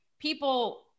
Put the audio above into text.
people